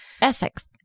Ethics